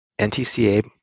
NTCA